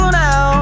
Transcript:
now